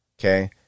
Okay